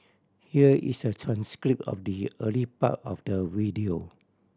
here is a transcript of the early part of the video